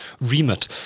remit